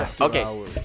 Okay